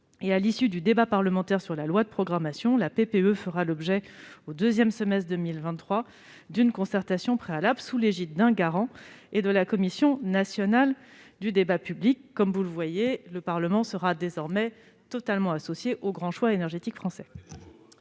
À l'issue du débat parlementaire sur la loi de programmation, la PPE fera l'objet au deuxième semestre 2023 d'une concertation préalable sous l'égide d'un garant et de la Commission nationale du débat public. Comme vous le voyez, le Parlement sera désormais totalement associé aux grands choix énergétiques français.